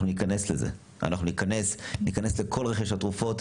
אנחנו ניכנס לזה, ניכנס לכל רכש התרופות,